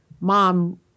mom